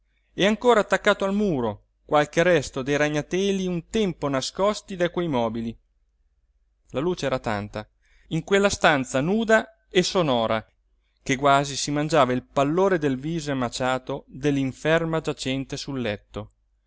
e ancora attaccato al muro qualche resto dei ragnateli un tempo nascosti da quei mobili la luce era tanta in quella stanza nuda e sonora che quasi si mangiava il pallore del viso emaciato dell'inferma giacente sul letto